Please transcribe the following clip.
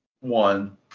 One